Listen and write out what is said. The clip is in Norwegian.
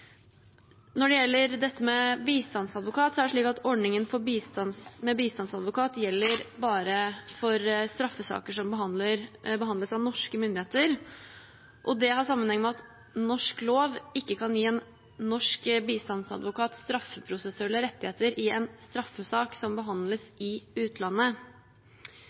Når det gjelder dette med bistandsadvokat, er det slik at ordningen med bistandsadvokat gjelder bare for straffesaker som behandles av norske myndigheter. Det har sammenheng med at norsk lov ikke kan gi en norsk bistandsadvokat straffeprosessuelle rettigheter i en straffesak som behandles i utlandet.